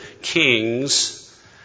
kings